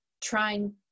trying